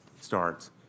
starts